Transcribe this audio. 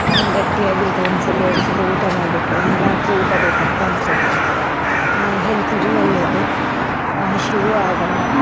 ಗಟ್ಟಿಯಾಗಿರುತ್ತೆ ಒಂದು ಸರ್ತಿ ಎರಡು ಸರ್ತಿ ಊಟ ಮಾಡಿಬಿಟ್ರೆ ಇನ್ನು ರಾತ್ರಿ ಊಟ ಬೇಕಂತ ಅನ್ನಿಸೋದಿಲ್ಲ ಹೆಲ್ತಿಗೂ ಒಳ್ಳೆಯದು ಹಸಿವೂ ಆಗೋಲ್ಲ